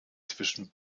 zwischen